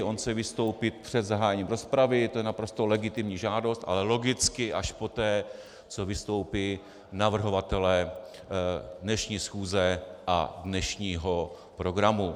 On chce vystoupit před zahájením rozpravy, to je naprosto legitimní žádost, ale logicky až poté, co vystoupí navrhovatelé dnešní schůze a dnešního programu.